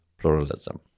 Pluralism